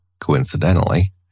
coincidentally